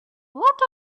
what